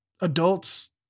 adults